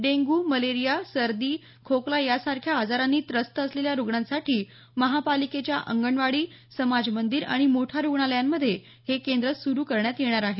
dengue malaria सर्दी खोकला यासारख्या आजारांनी त्रस्त असलेल्या रुग्णांसाठी महापालिकेच्या अंगणवाडी समाज मंदिर आणि मोठ्या रुग्णालयांमध्ये हे सुरू करण्यात येणार आहेत